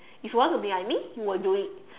if you want to be like me you will do it